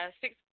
six